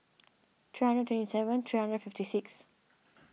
three hundred twenty seven three hundred fifty six